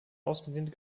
ausgedehnte